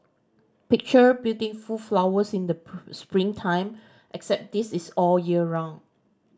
picture building full flowers in the spring time except this is all year round